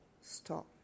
stop